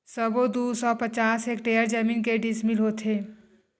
सबो दू सौ पचास हेक्टेयर जमीन के डिसमिल होथे?